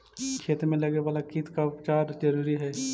खेत में लगे वाला कीट का उपचार जरूरी हई